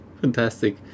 Fantastic